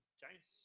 Giants